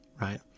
right